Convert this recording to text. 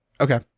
Okay